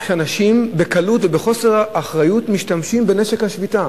שאנשים בקלות ובחוסר אחריות משתמשים בנשק השביתה.